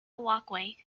walkway